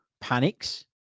panics